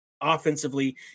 offensively